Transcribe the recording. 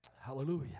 Hallelujah